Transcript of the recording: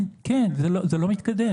כן, זה לא מתקדם.